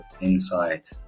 insight